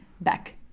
back